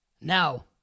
Now